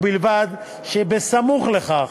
ובלבד שבסמוך לכך